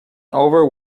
over